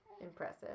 impressive